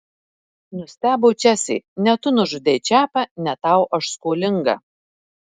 nustebo česė ne tu nužudei čepą ne tau aš skolinga